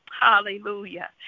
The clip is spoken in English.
Hallelujah